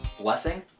blessing